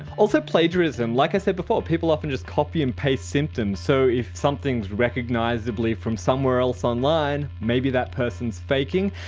also, plagiarism. like i said before, people often just copy and paste symptoms, so if something is recognizably from somewhere else online, maybe that person's faking.